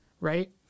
Right